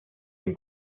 den